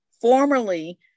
Formerly